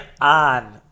on